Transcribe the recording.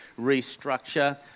restructure